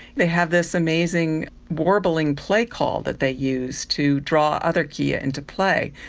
they have this amazing warbling play call that they use to draw other kea ah into play.